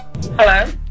Hello